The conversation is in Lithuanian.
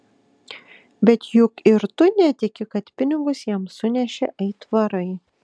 bet juk ir tu netiki kad pinigus jam sunešė aitvarai